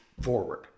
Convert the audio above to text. forward